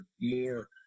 more